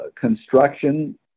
construction